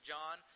John